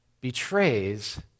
betrays